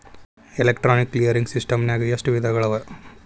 Electronic clearing ಸಿಸ್ಟಮ್ನಾಗ ಎಷ್ಟ ವಿಧಗಳವ?